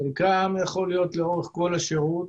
חלקם יכול להיות לאורך כל השירות,